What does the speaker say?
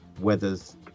weather's